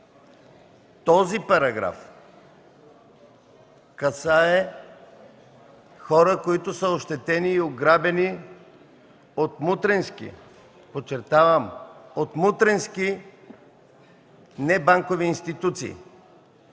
Този параграф касае хора, които са ощетени и ограбени от мутренски, подчертавам, от мутренски небанкови институции.